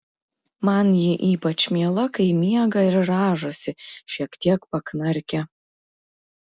man ji ypač miela kai miega ir rąžosi šiek tiek paknarkia